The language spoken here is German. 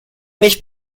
nicht